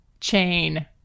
chain